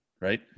right